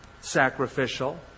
sacrificial